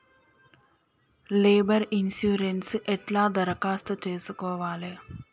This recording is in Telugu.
లేబర్ ఇన్సూరెన్సు ఎట్ల దరఖాస్తు చేసుకోవాలే?